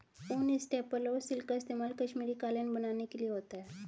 ऊन, स्टेपल और सिल्क का इस्तेमाल कश्मीरी कालीन बनाने के लिए होता है